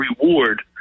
reward